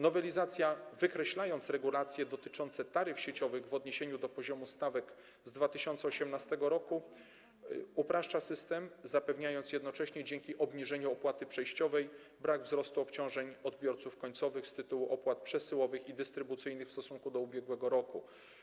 Nowelizacja, wykreślając regulacje dotyczące taryf sieciowych w odniesieniu do poziomu stawek z 2018 r., upraszcza system, zapewniając jednocześnie dzięki obniżeniu opłaty przejściowej brak wzrostu obciążeń w przypadku odbiorców końcowych z tytułu opłat przesyłowych i dystrybucyjnych w stosunku do ubiegłego roku.